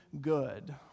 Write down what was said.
good